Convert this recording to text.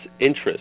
interest